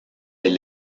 ait